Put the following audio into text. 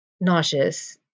nauseous